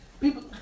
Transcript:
People